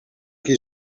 qui